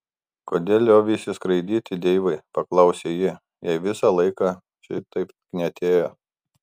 kodėl lioveisi skraidyti deivai paklausė ji jei visą laiką šitaip knietėjo